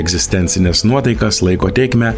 egzistencines nuotaikas laiko tėkmę